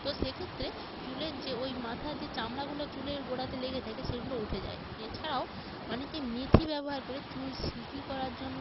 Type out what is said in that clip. তো সেক্ষেত্রে চুলের যে ওই মাথার যে চামড়াগুলো চুলের গোঁড়াতে লেগে থাকে সেগুলো উঠে যায় এছাড়াও অনেকে মেথি ব্যবহার করে চুল সিল্কি করার জন্য